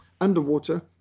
underwater